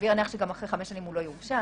שסביר להניח שגם אחרי 5 שנים הוא לא יורשע